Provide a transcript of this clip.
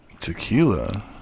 Tequila